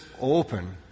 open